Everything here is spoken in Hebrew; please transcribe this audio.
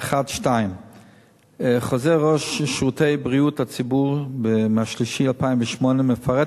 1 2. חוזר ראש שירותי בריאות הציבור ממרס 2008 מפרט